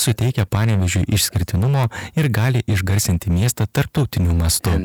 suteikia panevėžiui išskirtinumo ir gali išgarsinti miestą tarptautiniu mastu